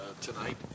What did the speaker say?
tonight